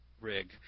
rig